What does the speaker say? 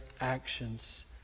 actions